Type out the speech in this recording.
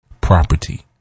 property